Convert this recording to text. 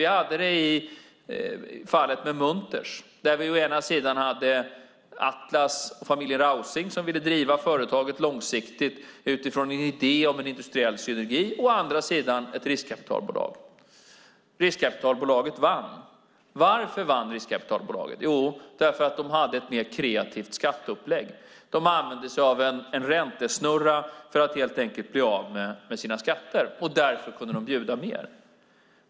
Vi hade det i fallet med Munters där vi å ena sidan hade Atlas och familjen Rausing, som ville driva företaget långsiktigt utifrån en idé om en industriell synergi, och å andra sidan ett riskkapitalbolag. Riskkapitalbolaget vann. Varför vann riskkapitalbolaget? Jo, därför att de hade ett mer kreativt skatteupplägg. De använde sig av en räntesnurra för att helt enkelt bli av med sina skatter, och därför kunde de bjuda mer.